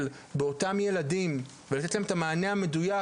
באותם ילדים ולתת להם את המענה המדויק,